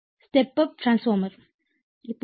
எனவே இது step up transformer K அதிகம்